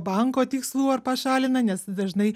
banko tikslų ar pašalina nes dažnai